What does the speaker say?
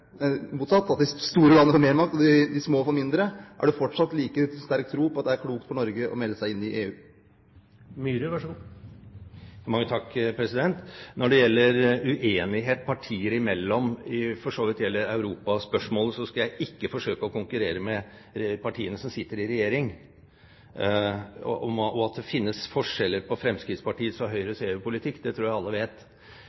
Er det fortsatt like sterk tro på at det er klokt for Norge å melde seg inn i EU? Når det gjelder uenighet partier imellom i for så vidt hele europaspørsmålet, skal jeg ikke forsøke å konkurrere med partiene som sitter i regjering. At det finnes forskjeller på Fremskrittspartiets og